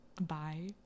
bye